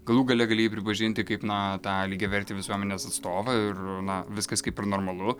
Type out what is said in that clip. galų gale gali jį pripažinti kaip na tą lygiavertį visuomenės atstovą ir na viskas kaip ir normalu